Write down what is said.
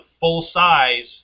full-size